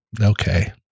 okay